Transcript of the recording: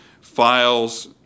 files